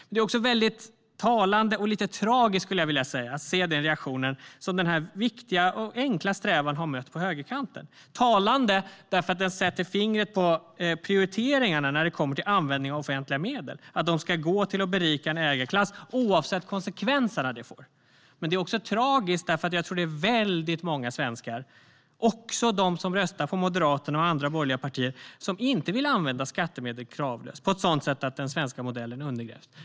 Det är också talande och faktiskt lite tragiskt att se den reaktion som denna viktiga och enkla strävan har mött på högerkanten. Det är talande därför att det sätter fingret på prioriteringarna när det kommer till användningen av offentliga medel: De ska gå till att berika en ägarklass oavsett vilka konsekvenser det får. Det är också tragiskt eftersom jag tror att det är många svenskar, även bland dem som röstar på Moderaterna och andra borgerliga partier, som inte vill använda skattemedel kravlöst och på ett sådant sätt att den svenska modellen undergrävs.